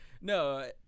No